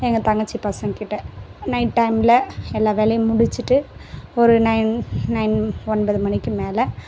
எங்கள் தங்கச்சி பசங்கள்கிட்ட நைட் டைம்மில் எல்லா வேலையும் முடிச்சிவிட்டு ஒரு நைன் நைன் ஒன்பது மணிக்கு மேலே